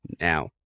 Now